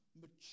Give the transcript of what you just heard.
mature